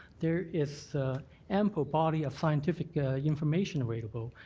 there is ample body of scientific information available,